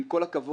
עם כל הכבוד,